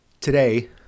Today